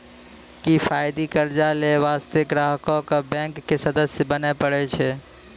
किफायती कर्जा लै बास्ते ग्राहको क बैंक के सदस्य बने परै छै